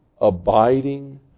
abiding